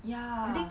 ya